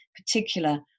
particular